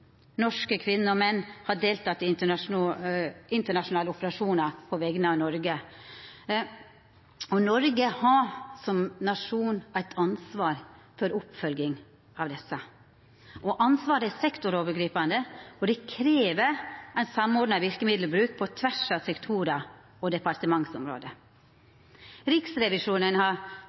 norske kvinner og menn har delteke i internasjonale operasjonar på vegner av Noreg, og Noreg har som nasjon eit ansvar for oppfølginga av dei. Ansvaret er sektorovergripande, og det krev ein samordna verkemiddelbruk på tvers av sektorar og departementsområde. Riksrevisjonen har